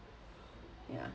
ya